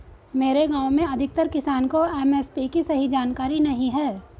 मेरे गांव में अधिकतर किसान को एम.एस.पी की सही जानकारी नहीं है